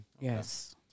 Yes